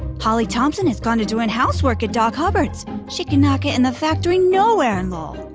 holly thompson has gone to doing housework at doc hubbard's she could not get in the factory nowhere in lowell.